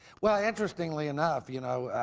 well, interestingly enough, you know,